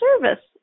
Service